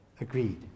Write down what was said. agreed